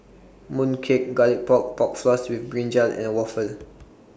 Mooncake Garlic Pork Pork Floss with Brinjal and Waffle